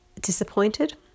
disappointed